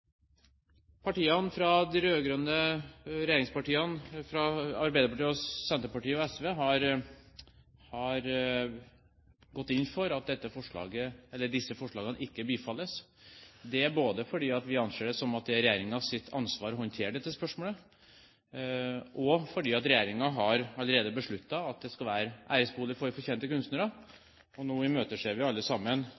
fra. Regjeringspartiene – Arbeiderpartiet, Senterpartiet og SV – har gått inn for at disse forslagene ikke bifalles, dette både fordi vi anser det som regjeringens ansvar å håndtere dette spørsmålet, og fordi regjeringen allerede har besluttet at det skal være æresbolig for fortjente kunstnere.